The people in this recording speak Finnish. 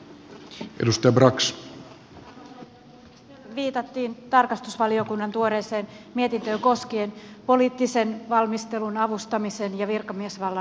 täällä viitattiin tarkastusvaliokunnan tuoreeseen mietintöön koskien poliittisen valmistelun avustamisen ja virkamiesvallan vastuuta